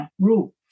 rule